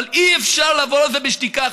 אבל אי-אפשר לעבור על זה בשתיקה.